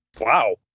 Wow